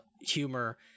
humor